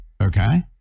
Okay